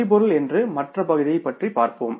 எரிபொருள் என்று மற்ற பகுதியைப் பற்றி பார்ப்போம்